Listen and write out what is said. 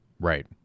Right